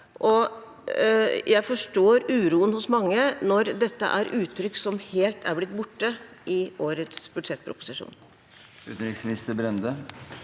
Jeg forstår uroen hos mange når dette er uttrykk som helt er blitt borte i årets budsjettproposisjon.